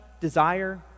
desire